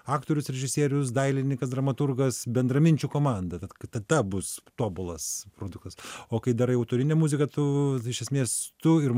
aktorius režisierius dailininkas dramaturgas bendraminčių komanda vat tada bus tobulas produktas o kai darai autorinę muziką tu iš esmės tu ir